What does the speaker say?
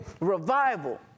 revival